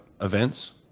events